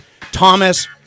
Thomas